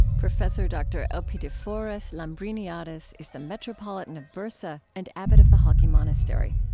professor dr. elpidophoros lambriniadis is the metropolitan of bursa and abbot of the halki monastery